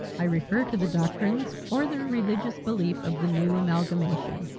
i refer to the doctrines or the religious belief of the new amalgamation.